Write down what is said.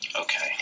Okay